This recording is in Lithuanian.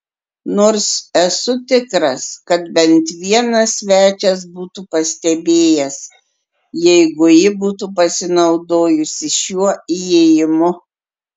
nors esu tikras kad bent vienas svečias būtų pastebėjęs jeigu ji būtų pasinaudojusi šiuo įėjimu